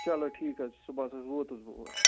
چلو ٹھیٖک حظ صُبحس حظ ووتُس بہٕ اور